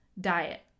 diet